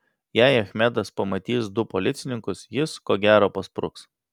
jei achmedas pamatys du policininkus jis ko gero paspruks